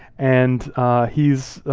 and he's